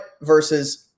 versus